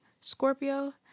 Scorpio